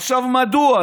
עכשיו, מדוע?